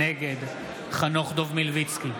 נגד חנוך דב מלביצקי,